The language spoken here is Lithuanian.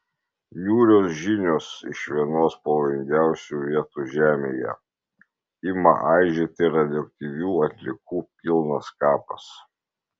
niūrios žinios iš vienos pavojingiausių vietų žemėje ima aižėti radioaktyvių atliekų pilnas kapas